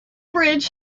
bridge